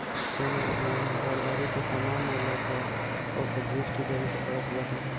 कवनो भी घरदारी के सामान लअ तअ ओपे जी.एस.टी देवे के पड़त बाटे